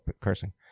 cursing